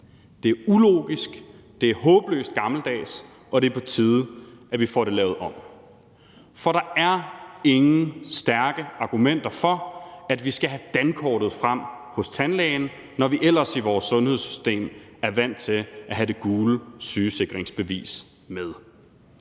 Det er ulogisk, det er håbløst gammeldags, og det er på tide, at vi får det lavet om. For der er ingen stærke argumenter for, at vi skal have dankortet frem hos tandlægen, når vi ellers i vores sundhedssystem er vant til at have det gule sygesikringsbevis med.